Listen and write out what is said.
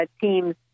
teams